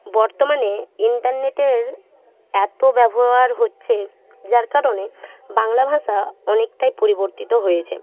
বর্তমানে ইন্টারনেটের এতো ব্যবহার হচ্ছে যার কারণে বাংলা ভাষা অনেকটাই পরিবর্তিত হয়েছে